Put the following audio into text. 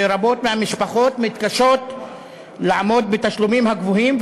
ורבות מהמשפחות מתקשות לעמוד בתשלומים הגבוהים,